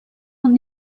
und